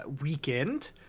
weekend